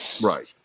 right